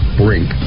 brink